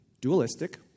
dualistic